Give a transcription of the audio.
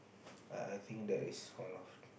err I think that is one of